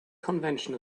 convention